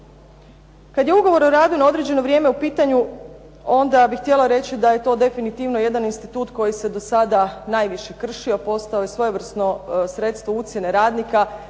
Kad je ugovor o radu na određeno vrijeme u pitanju onda bih htjela reći da je to definitivno jedan institut koji se do sada najviše kršio a postao je svojevrsno sredstvo ucjene radnika,